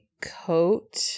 coat